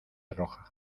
roja